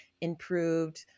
improved